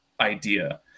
idea